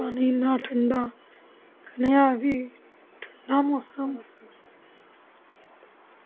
पानी इन्ना ठंडा कनेहा बी ठंडा मौसम